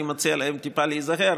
אני מציע להם טיפה להיזהר,